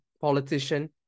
politician